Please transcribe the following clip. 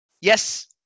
yes